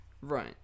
Right